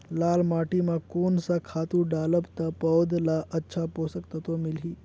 लाल माटी मां कोन सा खातु डालब ता पौध ला अच्छा पोषक तत्व मिलही?